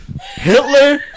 Hitler